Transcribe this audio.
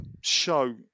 show